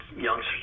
youngsters